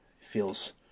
feels